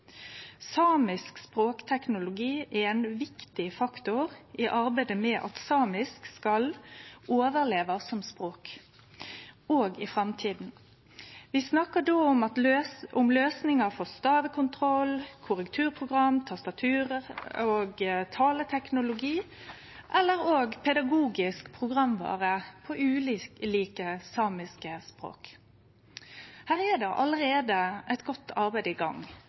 Samisk språkteknologi er ein viktig faktor i arbeidet med at samisk skal overleve som språk òg i framtida. Vi snakkar då om løysingar for stavekontroll, korrekturprogram, tastatur og taleteknologi, eller òg pedagogisk programvare på ulike samiske språk. Her er det allereie eit godt arbeid i gang,